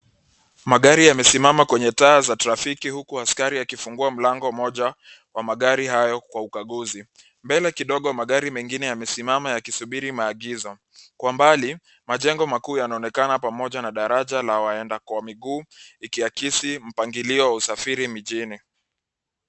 Magari yamesimama kwenye taa za trafiki huku askari akifungua mlango moja wa magari hayo kwa ukaguzi. Mbele kidogo magari mengine yamesimama yakisubiri maagizo. Kwa mbali, majengo makuu yanaonekana pamoja na daraja la waenda kwa miguu, ikiakisi mpangilio wa usafiri mijini.